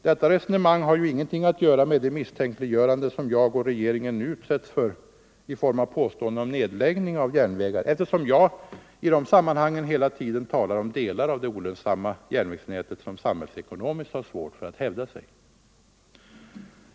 Detta resonemang har ju ingenting att göra med det misstänkliggörande som jag och regeringen nu utsätts för i form av påståenden om att vi skulle ligga bakom nedläggning av järnvägar, eftersom jag i de sammanhangen hela tiden talar om delar av det olönsamma järnvägsnätet, som samhällsekonomiskt har svårt för att hävda sig.